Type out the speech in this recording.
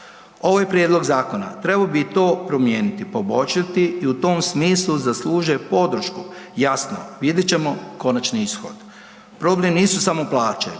Ovaj prijedlog zakona trebao bi to promijeniti i poboljšati i u tom smislu zaslužuje podršku. Jasno, vidjet ćemo konačni ishod. Problem nisu samo plaće